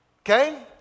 okay